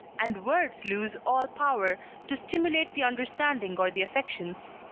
and words lose all power to stimulate the understanding or the affections.